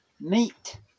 meat